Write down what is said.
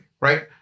right